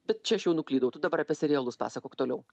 bet čia aš jau nuklydau tu dabar apie serialus pasakok toliau